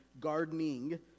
gardening